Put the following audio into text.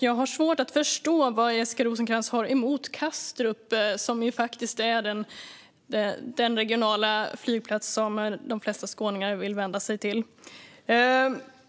Jag har svårt att förstå vad Jessica Rosencrantz har emot Kastrup, som är den regionala flygplats som de flesta skåningar vill vända sig till.